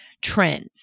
trends